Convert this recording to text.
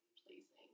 pleasing